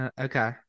Okay